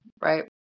right